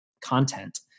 content